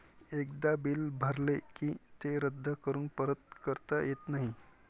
एकदा बिल भरले की ते रद्द करून परत करता येत नाही